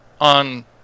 on